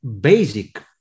basic